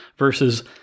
Versus